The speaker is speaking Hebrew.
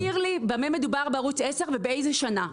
בוא תזכיר לי במה מדובר בערוץ 10 ובאיזה שנה,